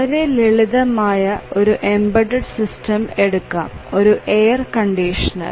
വളരെ ലളിതമായ ഒരു എംബെഡ്ഡ്ഡ് സിസ്റ്റം എടുക്കാം ഒരു എയർ കണ്ടിഷണർ